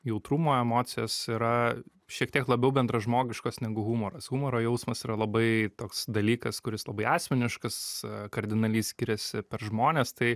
jautrumo emocijos yra šiek tiek labiau bendražmogiškos negu humoras humoro jausmas yra labai toks dalykas kuris labai asmeniškas kardinaliai skiriasi per žmones tai